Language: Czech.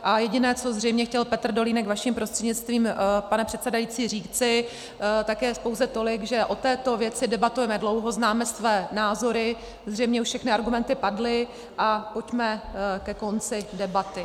A jediné, co zřejmě chtěl Petr Dolínek, vaším prostřednictvím, pane předsedající, říci, tak je pouze tolik, že o této věci debatujeme dlouho, známe své názory, zřejmě už všechny argumenty padly, a pojďme ke konci debaty.